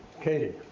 Katie